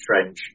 trench